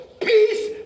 peace